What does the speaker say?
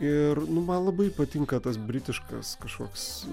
ir nu man labai patinka tas britiškas kažkoks